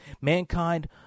Mankind